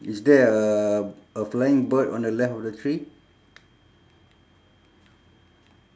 is there a a flying bird on the left of the tree